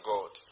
God